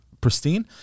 pristine